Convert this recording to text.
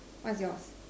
what's yours